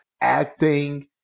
acting